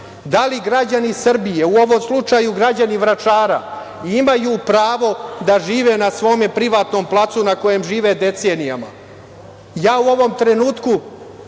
Da li građani Srbije, u ovom slučaju građani Vračara, imaju pravo da žive na svom privatnom placu na kojem žive decenijama? Ja u ovom trenutku